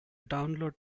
download